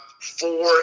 four